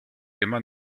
immer